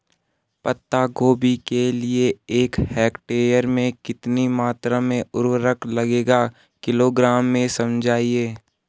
पत्ता गोभी के लिए एक हेक्टेयर में कितनी मात्रा में उर्वरक लगेगा किलोग्राम में समझाइए?